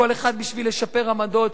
כל אחד בשביל לשפר עמדות,